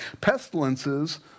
Pestilences